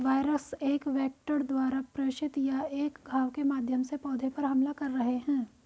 virus एक vector द्वारा प्रेषित या एक घाव के माध्यम से पौधे पर हमला कर रहे हैं